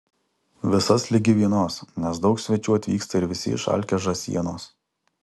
visas ligi vienos nes daug svečių atvyksta ir visi išalkę žąsienos